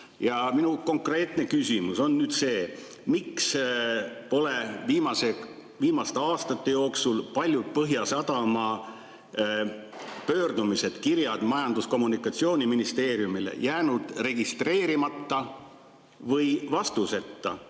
Minu konkreetne küsimus on see: miks [on] viimaste aastate jooksul paljud Põhjasadama pöördumised, kirjad Majandus- ja Kommunikatsiooniministeeriumile jäänud registreerimata või vastuseta?